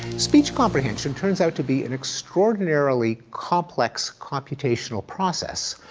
speech comprehension turns out to be an extraordinarily complex computational process,